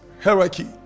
hierarchy